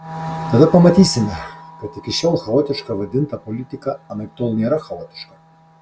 tada pamatysime kad iki šiol chaotiška vadinta politika anaiptol nėra chaotiška